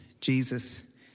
Jesus